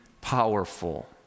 powerful